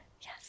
Yes